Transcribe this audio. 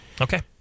Okay